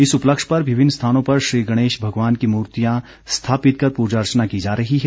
इस उपलक्ष्य पर विभिन्न स्थानों पर श्री गणेश भगवान की मूर्तियाँ स्थापित कर पूजा अर्चना की जा रही है